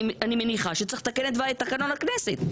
אני מניחה שצריך לתקן את תקנון הכנסת.